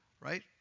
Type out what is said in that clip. right